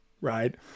right